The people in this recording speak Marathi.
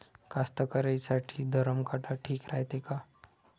कास्तकाराइसाठी धरम काटा ठीक रायते का?